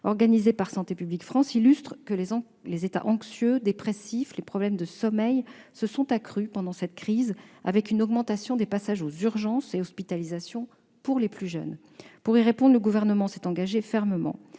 organisé par Santé publique France, illustre que les états anxieux ou dépressifs, les problèmes de sommeil se sont accrus pendant la crise, avec une augmentation des passages aux urgences et hospitalisations pour les plus jeunes. Pour y répondre, le Gouvernement s'est engagé fermement.